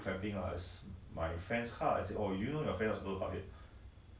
oh because they never about the park the level